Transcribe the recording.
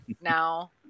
Now